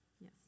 yes